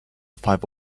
five